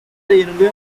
arindwi